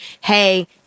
hey